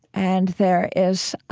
and there is,